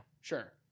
Sure